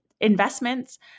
investments